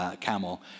camel